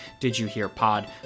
DidYouHearPod